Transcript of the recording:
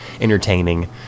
entertaining